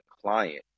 client